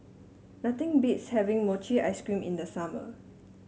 nothing beats having Mochi Ice Cream in the summer